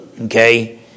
Okay